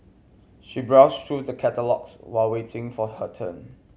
she browsed through the catalogues while waiting for her turn